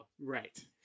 Right